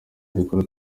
dukora